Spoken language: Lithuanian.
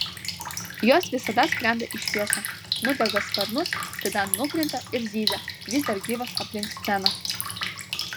jos visada skrenda į šviesą nudega sparnus tada nukrinta ir zyzia vis dar gyvos aplink sceną